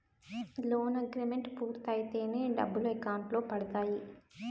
loan agreement పూర్తయితేనే డబ్బులు account లో పడతాయి